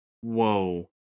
Whoa